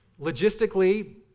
logistically